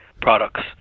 products